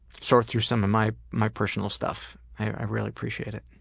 sort through some of my my personal stuff. i really appreciate it.